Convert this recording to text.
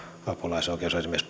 apulaisoikeusasiamies